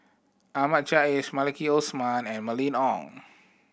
Ahmad Jais Maliki Osman and Mylene Ong